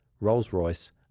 Rolls-Royce